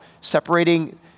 separating